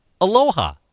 Aloha